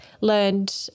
learned